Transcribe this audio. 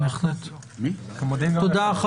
תודה.